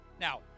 Now